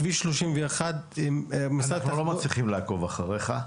בכביש 31 --- אנחנו לא מצליחים לעקוב אחריך.